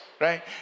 Right